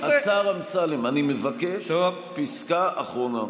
השר אמסלם, אני מבקש, פסקה אחרונה.